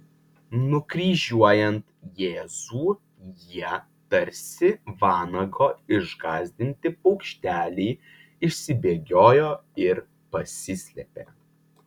nukryžiuojant jėzų jie tarsi vanago išgąsdinti paukšteliai išsibėgiojo ir pasislėpė